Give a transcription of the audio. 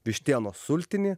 vištienos sultinį